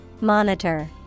monitor